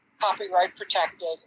copyright-protected